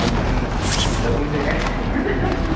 हजुर हुन्छ कुन चाहिँ